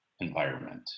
environment